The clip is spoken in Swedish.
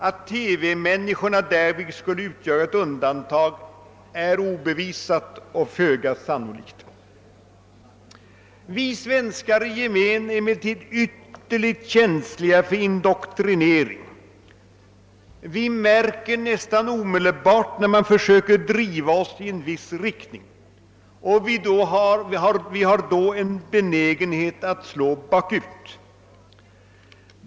Att TV-människorna därvidlag skulle utgöra ett undantag är obevisat och föga sannolikt. Vi svenskar i gemen är emellertid ytterligt känsliga för indoktrinering. Vi märker nästan omedelbart när man försöker påverka oss i en viss riktning, och vi har då en benägenhet att slå bakut.